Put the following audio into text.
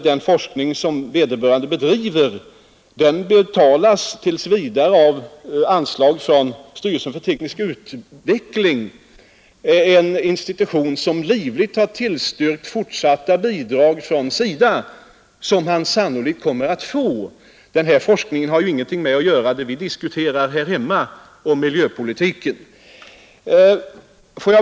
Den forskning som vederbörande bedriver betalas tills vidare av anslag från styrelsen för teknisk utveckling, en institution som livligt har tillstyrkt fortsatta bidrag från SIDA, vilka han sannolikt kommer att få. Denna forskning har ju ingenting att göra med det vi diskuterar här hemma — och med miljöpolitiken.